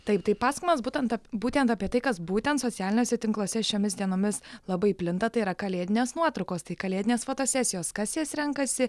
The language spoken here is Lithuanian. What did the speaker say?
taip tai pasakojimas būtent būtent apie tai kas būtent socialiniuose tinkluose šiomis dienomis labai plinta tai yra kalėdinės nuotraukos tai kalėdinės fotosesijos kas jas renkasi